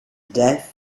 death